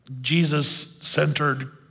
Jesus-centered